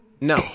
No